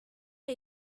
are